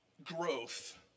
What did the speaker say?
Growth